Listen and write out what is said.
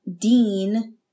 Dean